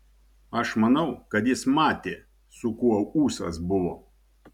aš manau kad jis matė su kuo ūsas buvo